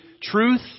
truth